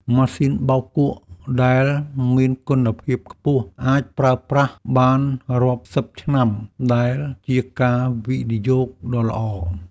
ម៉ាស៊ីនបោកគក់ដែលមានគុណភាពខ្ពស់អាចប្រើប្រាស់បានរាប់សិបឆ្នាំដែលជាការវិនិយោគដ៏ល្អ។